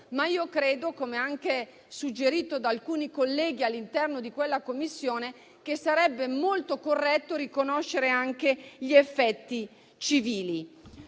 ma io credo - come suggerito da alcuni colleghi all'interno di quella Commissione - che sarebbe molto corretto riconoscere gli effetti civili.